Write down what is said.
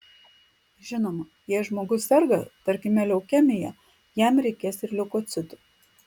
žinoma jei žmogus serga tarkime leukemija jam reikės ir leukocitų